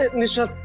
ah nisha